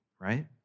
right